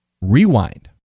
Rewind